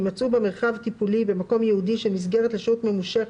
יימצאו במרחב טיפולי במקום ייעודי של מסגרת לשהות ממושכת,